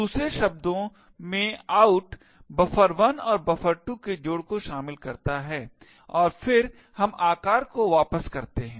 दूसरे शब्दों out buffer1 और buffer2 के जोड़ को शामिल करता है और फिर हम आकार को वापस करते है